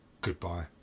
goodbye